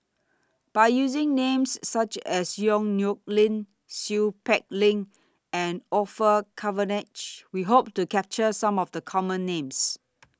By using Names such as Yong Nyuk Lin Seow Peck Leng and Orfeur Cavenagh We Hope to capture Some of The Common Names